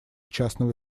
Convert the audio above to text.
частного